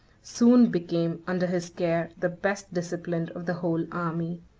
soon became, under his care, the best disciplined of the whole army.